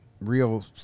real